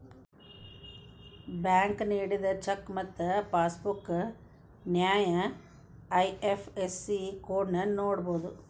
bank ನೇಡಿದ cheque ಮತ್ತ passbook ನ್ಯಾಯ ಐ.ಎಫ್.ಎಸ್.ಸಿ ಕೋಡ್ನ ನೋಡಬೋದು